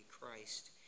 Christ